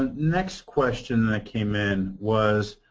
ah next question that came in was,